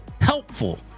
HELPFUL